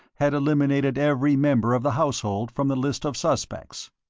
had eliminated every member of the household from the list of suspects.